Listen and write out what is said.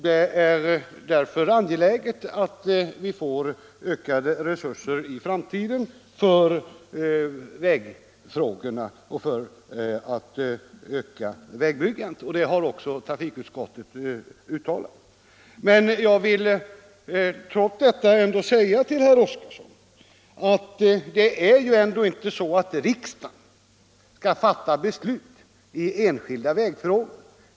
Det är därför angeläget att vi får ökade resurser i framtiden för att öka vägbyggandet, och det har också trafikutskottet uttalat. Men jag vill trots detta säga till herr Oskarson att det är ju ändå inte så att riksdagen skall fatta beslut i enskilda vägfrågor.